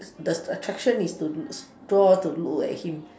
the attraction is to draw to look like him